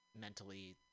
Mentally